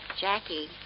Jackie